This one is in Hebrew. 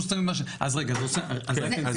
זה